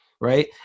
right